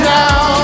now